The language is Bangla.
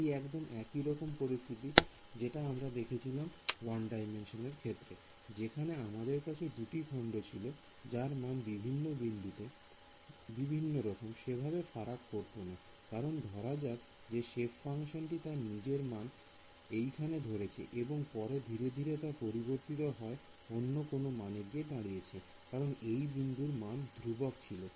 এটি একদম একইরকম পরিস্থিতি যেটা আমরা দেখেছিলাম 1 D র ক্ষেত্রে যেখানে আমাদের কাছে দুটি খন্ড ছিল যার মান বিভিন্ন বিন্দুতে সেভাবে ফারাক করত না কারণ ধরা যাক যে সেপ ফাংশনটি তার নিজের মান এইখানে ধরেছে এবং পরে ধীরে ধীরে তা পরিবর্তিত হয় অন্য কোন মানে গিয়ে দাঁড়িয়েছে কারণ এই বিন্দুর মান ধ্রুবক ছিল